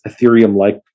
Ethereum-like